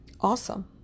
awesome